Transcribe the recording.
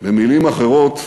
במילים אחרות,